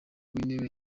w’intebe